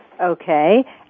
Okay